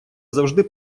завжди